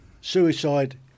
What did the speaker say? Suicide